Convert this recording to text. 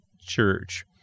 church